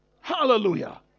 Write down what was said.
Hallelujah